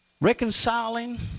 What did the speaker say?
Reconciling